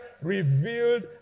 revealed